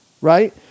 right